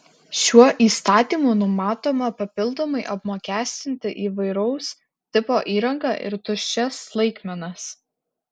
šiuo įstatymu numatoma papildomai apmokestinti įvairaus tipo įrangą ir tuščias laikmenas